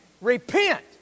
Repent